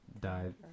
died